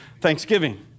Thanksgiving